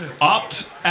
Opt